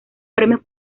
premios